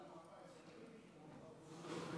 בסוף הם